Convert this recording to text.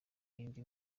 yindi